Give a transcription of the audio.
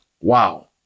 Wow